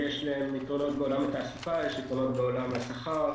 בעולם התעסוקה, בעולם השכר,